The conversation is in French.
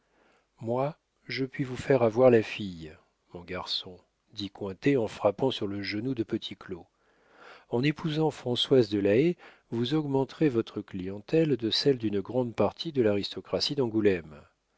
moi je puis vous faire avoir la fille mon garçon dit cointet en frappant sur le genou de petit claud en épousant françoise de la haye vous augmenterez votre clientèle de celle d'une grande partie de l'aristocratie d'angoulême